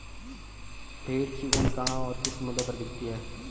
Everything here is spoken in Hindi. भेड़ की ऊन कहाँ और किस मूल्य पर बिकती है?